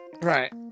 right